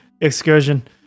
excursion